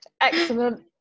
Excellent